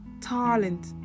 talent